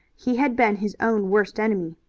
he had been his own worst enemy.